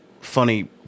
funny